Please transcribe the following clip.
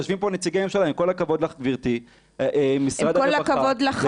יושבים פה נציגי ממשלה, עם כל הכבוד לך